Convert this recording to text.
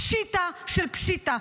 פשיטא של פשיטא,